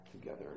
together